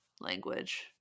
language